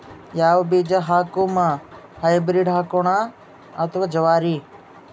ಯಾವ ಬೀಜ ಹಾಕುಮ, ಹೈಬ್ರಿಡ್ ಹಾಕೋಣ ಅಥವಾ ಜವಾರಿ?